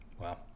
wow